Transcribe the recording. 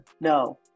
No